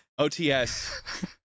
OTS